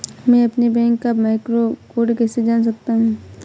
मैं अपने बैंक का मैक्रो कोड कैसे जान सकता हूँ?